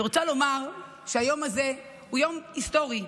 אני רוצה לומר שהיום הזה הוא יום היסטורי.